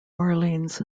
orleans